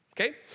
Okay